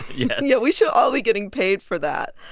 yes yeah, we should all be getting paid for that.